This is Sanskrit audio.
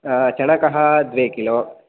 चणकः द्वे किलो